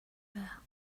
bear